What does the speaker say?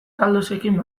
galdosekin